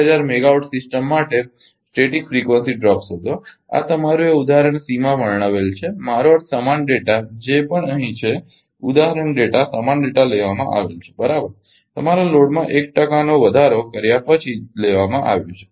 1000 megawatt system માટે સ્થિર frequency drop શોધો આ તમારુ એ ઉદાહરણ સી માં વર્ણવેલ છે મારો અર્થ સમાન ડેટા જે પણ અહીં છે ઉદાહરણ ડેટા સમાન ડેટા લેવમાં આવેલ છે બરાબર તમારા લોડમાં 1 ટકાનો વધારો કર્યા પછી જ લેવામાં આવ્યો છે